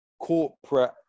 corporate